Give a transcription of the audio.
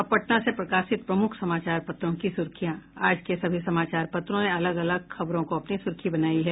अब पटना से प्रकाशित प्रमुख समाचार पत्रों की सुर्खियां आज के सभी समाचार पत्रों ने अलग अलग खबरों को अपनी सुर्खी बनाया है